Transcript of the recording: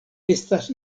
estas